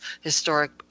historic